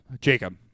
Jacob